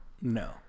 No